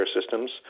systems